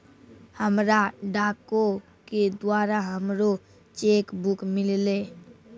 हमरा डाको के द्वारा हमरो चेक बुक मिललै